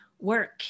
work